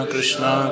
Krishna